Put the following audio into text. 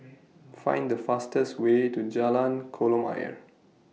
Find The fastest Way to Jalan Kolam Ayer